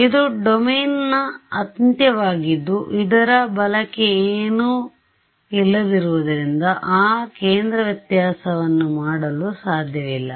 ಇದು ಡೊಮೇನ್ನ ಅಂತ್ಯವಾಗಿದ್ದು ಇದರ ಬಲಕ್ಕೆ ಏನೂ ಇಲ್ಲದಿರುವುದರಿಂದ ಆ ಕೇಂದ್ರ ವ್ಯತ್ಯಾಸವನ್ನು ಮಾಡಲು ಸಾಧ್ಯವಿಲ್ಲ